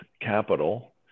Capital